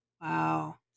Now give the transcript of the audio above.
Wow